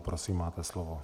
Prosím, máte slovo.